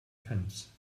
fence